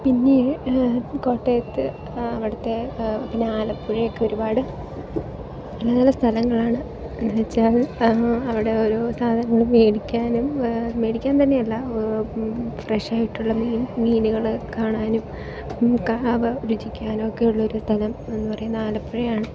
പിന്നെ കോട്ടയത്ത് അവിടത്തെ പിന്നെ ആലപ്പുഴയൊക്കെ ഒരുപാട് നല്ല നല്ല സ്ഥലങ്ങളാണ് എന്ന് വച്ചാൽ അവിടെ ഓരോ സാധനങ്ങൾ മേടിക്കാനും മേടിക്കാൻ തന്നെ അല്ല ഫ്രഷായിട്ടുള്ള മീൻ മീനുകൾ കാണാനും അവ രുചിക്കാനും ഒക്കെ ഉള്ളൊരു സ്ഥലം എന്ന് പറയുന്ന ആലപ്പുഴയാണ്